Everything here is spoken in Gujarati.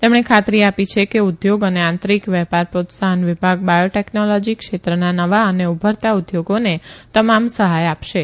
તેમણે ખાતરી આ ી છે કે ઉદ્યોગ અને આંતરીક વે ાર પ્રોત્સાહન વિભાગ બાયોટેકનોલોજી ક્ષેત્રના નવા અને ઉભરતા ઉદ્યોગોને તમામ સહાય આ શે